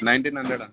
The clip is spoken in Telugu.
నైన్టీన్ హండ్రెడ్ అండి